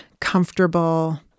comfortable